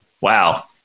Wow